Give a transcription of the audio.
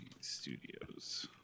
Studios